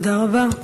תודה רבה,